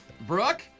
Brooke